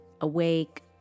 awake